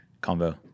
combo